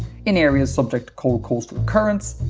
in areas subject cold coastal currents,